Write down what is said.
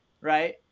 right